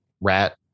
rat